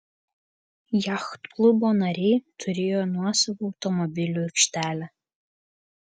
jachtklubo nariai turėjo nuosavą automobilių aikštelę